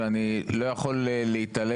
לא אמרתי שהעמדות לא נשמעות.